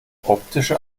optische